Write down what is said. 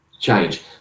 change